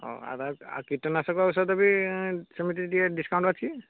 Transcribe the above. ହେଉ ଆ କୀଟନାଶକ ଔଷଧ ବି ସେମିତି ଟିକେ ଡିସକାଉଣ୍ଟ୍ ଅଛି